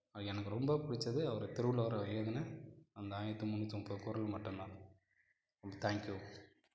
அதில் எனக்கு ரொம்ப பிடிச்சது அவர் திருவள்ளுவர் எழுதின அந்த ஆயிரத்தி முந்நூற்றி முப்பது குறள் மட்டும்தான் தேங்க்யூ